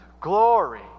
glory